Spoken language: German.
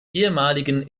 ehemaligen